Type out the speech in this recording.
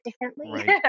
differently